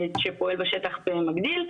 שפועל בשטח ומגדיל,